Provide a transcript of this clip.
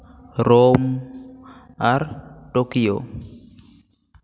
Rome ᱟᱨ Tokyo